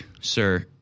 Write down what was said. sir